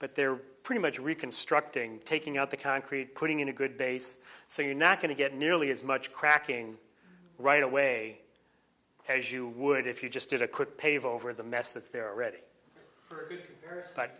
but they're pretty much reconstructing taking out the concrete putting in a good base so you're not going to get nearly as much cracking right away as you would if you just did a quick pave over the mess that's there already but